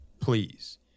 PLEASE